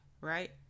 right